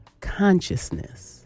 consciousness